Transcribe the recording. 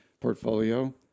portfolio